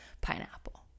pineapple